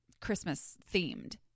Christmas-themed